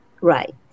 Right